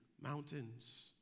mountains